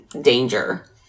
danger